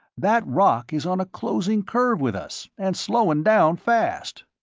that rock is on a closing curve with us, and slowin' down fast.